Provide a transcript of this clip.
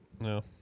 No